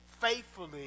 faithfully